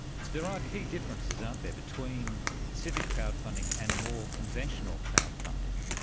there are key differences, aren't there, between civic crowd-funding and more conventional crowd-funding.